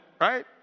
right